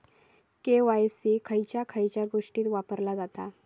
KYC खयच्या खयच्या गोष्टीत वापरला जाता?